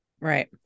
Right